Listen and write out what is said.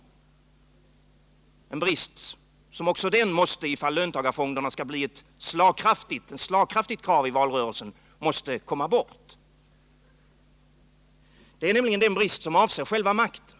Det är en brist som också måste tas bort, om löntagarfonderna skall bli ett slagkraftigt krav i valrörelsen. Det är nämligen den brist som avser själva makten.